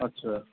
अच्छा